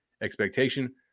expectation